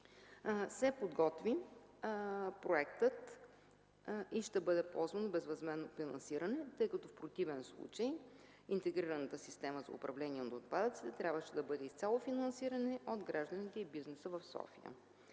се подготви проектът и ще бъде ползвано безвъзмездно финансиране, тъй като в противен случай интегрираната система за управление на отпадъците трябваше да бъде изцяло финансирана от гражданите и бизнеса в София.